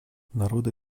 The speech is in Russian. народы